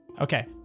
Okay